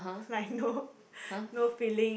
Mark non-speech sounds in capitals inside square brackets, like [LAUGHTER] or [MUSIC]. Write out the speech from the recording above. like no [LAUGHS] no feeling